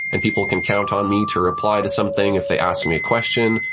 and people can count on me to reply to something if they ask me a question,